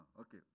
Okay